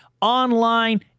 online